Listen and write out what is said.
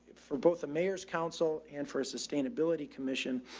for both the mayor's council and for a sustainability commission,